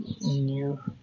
new